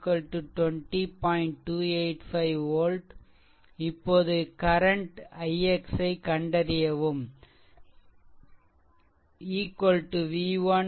285 volt இப்போது current ix கண்டறியவும் v1 v3 1